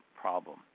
problem